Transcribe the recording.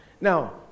Now